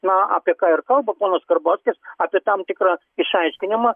na apie ką ir kalba ponas karbauskis apie tam tikrą išaiškinimą